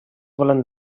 volen